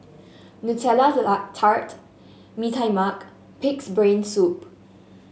Nutella Tart Mee Tai Mak pig's brain soup